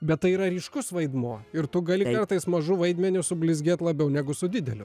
bet tai yra ryškus vaidmuo ir tu gali kartais mažu vaidmeniu sublizgėt labiau negu su dideliu